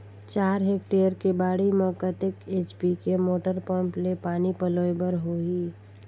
चार हेक्टेयर के बाड़ी म कतेक एच.पी के मोटर पम्म ले पानी पलोय बर होही?